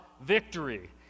victory